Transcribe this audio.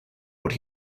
what